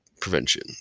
prevention